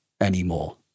anymore